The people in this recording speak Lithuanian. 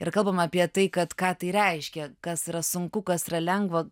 ir kalbam apie tai kad ką tai reiškia kas yra sunku kas yra lengva